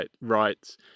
rights